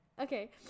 Okay